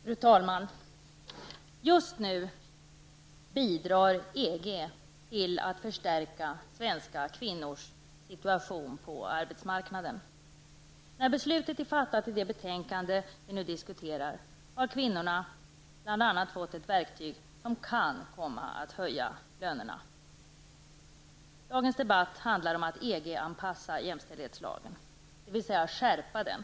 Fru talman! Just nu bidrar EG till att förstärka svenska kvinnors situation på arbetsmarknaden. När besluten är fattade i anledning av det betänkande som vi nu diskuterar har kvinnorna fått ett verktyg som kan komma att höja lönerna. Dagens debatt handlar om att EG-anpassa jämställdhetslagarna, dvs. skärpa dem.